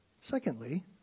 Secondly